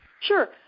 Sure